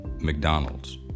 McDonald's